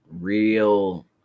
real